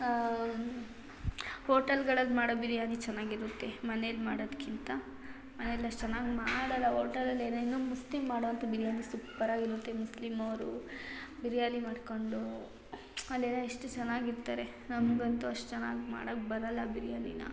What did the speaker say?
ಹೋಟೆಲ್ಗಳಲ್ಲಿ ಮಾಡೊ ಬಿರ್ಯಾನಿ ಚೆನ್ನಾಗಿರುತ್ತೆ ಮನೇಲಿ ಮಾಡೋದಕ್ಕಿಂತ ಮನೇಲಿ ಅಷ್ಟು ಚೆನ್ನಾಗಿ ಮಾಡಲ್ಲ ಓಟಲಲ್ಲಿ ಏನೇನೋ ಮುಸ್ಲಿಮ್ ಮಾಡುವಂಥ ಬಿರ್ಯಾನಿ ಸೂಪರಾಗಿರುತ್ತೆ ಮುಸ್ಲಿಮವರು ಬಿರ್ಯಾನಿ ಮಾಡಿಕೊಂಡು ಅಲ್ಲೆಲ್ಲ ಎಷ್ಟು ಚೆನ್ನಾಗಿರ್ತಾರೆ ನಮ್ಗೆ ಅಂತೂ ಅಷ್ಟು ಚೆನ್ನಾಗಿ ಮಾಡಕ್ಕೆ ಬರಲ್ಲ ಬಿರ್ಯಾನಿನ